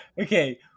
Okay